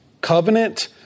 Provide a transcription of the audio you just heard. covenant